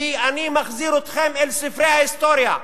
כי אני מחזיר אתכם אל ספרי ההיסטוריה,